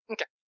Okay